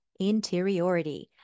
interiority